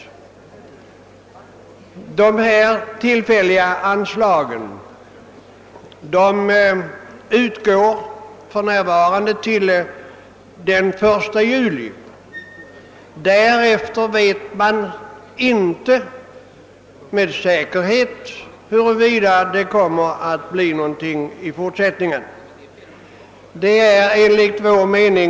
Dessa tillfälliga anslag utgår för närvarande fram till den 1 juli. Huruvida det i fortsättningen kommer att lämnas något anslag för ändamålet vet man inte med säkerhet.